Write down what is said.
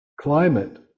climate